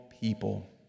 people